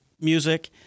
music